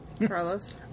Carlos